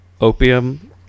opium